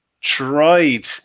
tried